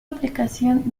aplicación